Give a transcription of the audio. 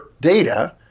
data